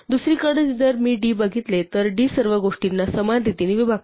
दुसरीकडे जर मी d बघितले तर d सर्व गोष्टींना समान रीतीने विभागते